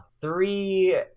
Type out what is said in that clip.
three